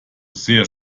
sehr